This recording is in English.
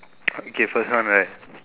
okay first one right